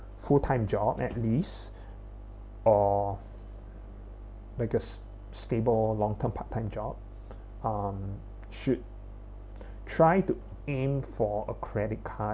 full time job at least or like a stable long term part-time job um should try to aim for a credit card